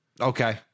Okay